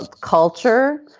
culture